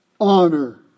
honor